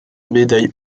médaille